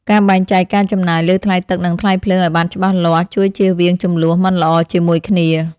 ការបែងចែកការចំណាយលើថ្លៃទឹកនិងថ្លៃភ្លើងឱ្យបានច្បាស់លាស់ជួយជៀសវាងជម្លោះមិនល្អជាមួយគ្នា។